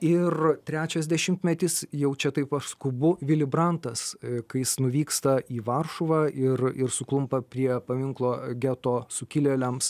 ir trečias dešimtmetis jau čia taip aš skubu vili brantas kai jis nuvyksta į varšuvą ir ir suklumpa prie paminklo geto sukilėliams